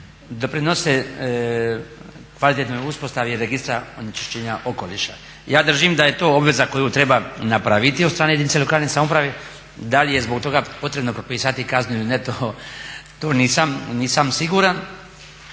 doprinose kvalitetnoj uspostavi registra onečišćenja okoliša. Ja držim da je to obveza koju treba napraviti od strane jedinice lokalne samouprave. Da li je zbog toga potrebno propisati kaznu ili ne to nisam siguran,